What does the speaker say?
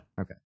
Okay